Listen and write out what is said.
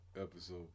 episode